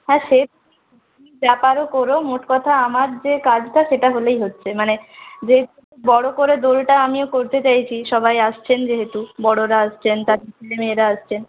হ্যাঁ সে তুমি যা পারো কর মোট কথা আমার যে কাজটা সেটা হলেই হচ্ছে মানে যেহেতু বড় করে দোলটা আমিও করতে চাইছি সবাই আসছেন যেহেতু বড়রা আসছেন তাদের ছেলেমেয়েরা আসছেন